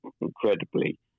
incredibly